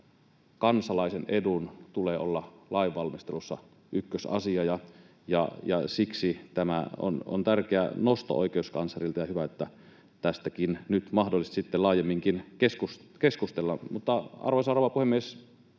kansalaisen edun tulee olla lainvalmistelussa ykkösasia. Siksi tämä on tärkeä nosto oikeuskanslerilta, ja on hyvä, että tästäkin nyt mahdollisesti sitten laajemminkin keskustellaan. Mutta, arvoisa rouva puhemies,